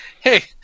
hey